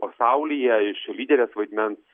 pasaulyje iš lyderės vaidmens